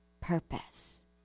purpose